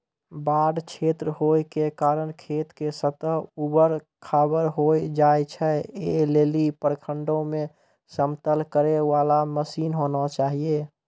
बाढ़ क्षेत्र होय के कारण खेत के सतह ऊबड़ खाबड़ होय जाए छैय, ऐ लेली प्रखंडों मे समतल करे वाला मसीन होना चाहिए?